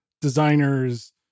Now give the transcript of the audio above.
designers